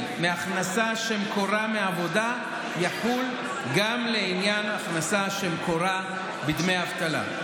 מהכנסה שמקורה בעבודה יחולו גם לעניין הכנסה שמקורה בדמי אבטלה.